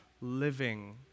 living